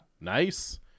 Nice